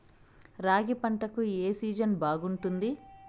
రాగి పంటకు, ఏ సీజన్ బాగుంటుంది?